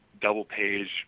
double-page